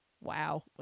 wow